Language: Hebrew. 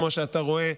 כמו שאתה רואה,